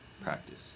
practice